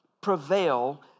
prevail